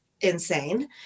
insane